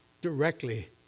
directly